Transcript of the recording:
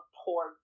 poor